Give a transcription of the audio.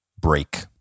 break